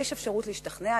יש לך אפשרות להשתכנע,